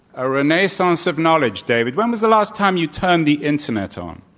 a renaissance of knowledge, david, when was the last time you turned the internet on?